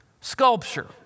Sculpture